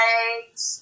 Eggs